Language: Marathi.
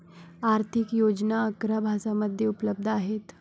आर्थिक योजना अकरा भाषांमध्ये उपलब्ध आहेत